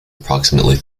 approximately